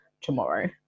tomorrow